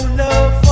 love